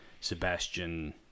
sebastian